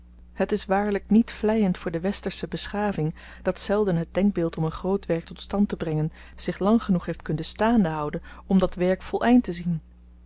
het is waarlyk niet vleiend voor de westersche beschaving dat zelden het denkbeeld om een groot werk tot stand te brengen zich lang genoeg heeft kunnen staande houden om dat werk voleind te zien